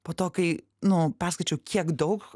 po to kai nu perskaičiau kiek daug